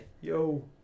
Yo